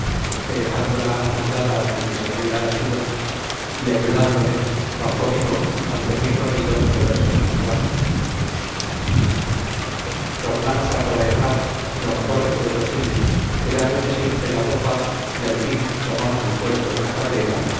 que dejándola anudada donde se había asido y ayudándole bajó vivo aunque muy corrido de verse sin su barba tornamos a proejar lo mejor que fue posible quejándose siempre la popa y al fin tomamos el puerto de la cabrera